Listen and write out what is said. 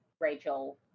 Rachel